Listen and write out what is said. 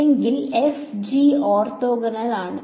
എങ്കിൽ f g orthogonal ആണ്